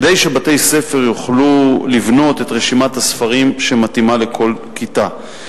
כדי שבתי-ספר יוכלו לבנות את רשימת הספרים שמתאימה לכל כיתה.